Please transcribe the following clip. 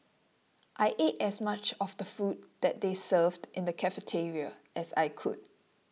I ate as much of the food that they served in the cafeteria as I could